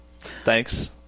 Thanks